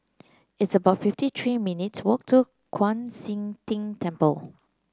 it's about fifty three minutes' walk to Kwan Siang Tng Temple